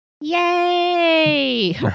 Yay